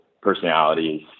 personalities